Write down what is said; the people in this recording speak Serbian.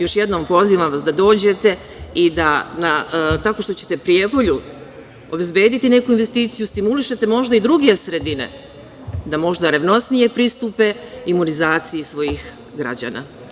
Još jednom, pozivam vas da dođete i tako što ćete Prijepolju obezbediti neku investiciju stimulišete možda i druge sredine da možda revnosnije pristupe imunizaciji svojih građana.